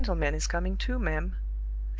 the gentleman is coming to, ma'am,